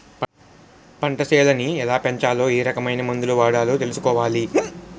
పంటసేలని ఎలాపెంచాలో ఏరకమైన మందులు వాడాలో తెలుసుకోవాలి